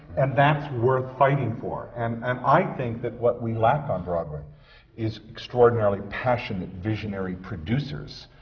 and that's worth fighting for. and and i think that what we lack on broadway is extraordinarily passionate, visionary producers,